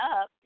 up